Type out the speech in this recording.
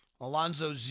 Alonzo